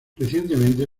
recientemente